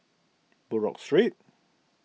Buroh Street